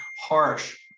harsh